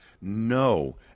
No